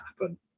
happen